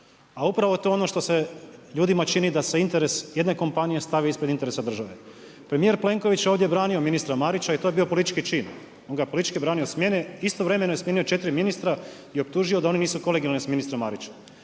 A upravo je to ono šta se ljudima čini da se interes jedne kompanije stavi ispred interesa države. Premijer Plenković je ovdje branio ministra Marića i to je bilo politički čin. On ga je politički branio od smjene, istovremeno je smijenio 4 ministra i optužio da oni nisu kolegijalni sa ministrom Marićem.